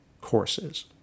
courses